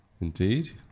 indeed